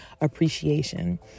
appreciation